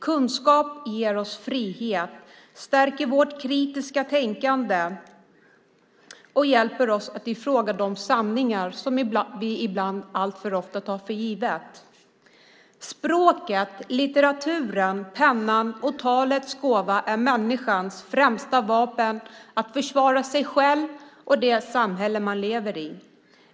Kunskap ger oss frihet, stärker vårt kritiska tänkande och hjälper oss att ifrågasätta de sanningar som vi ibland, alltför ofta, tar för givna. Språket, litteraturen, pennan och talets gåva är människans främsta vapen att försvara sig själv och det samhälle man lever i.